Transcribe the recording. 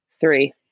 three